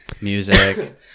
music